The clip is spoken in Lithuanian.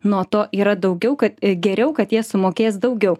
nuo to yra daugiau kad geriau kad jie sumokės daugiau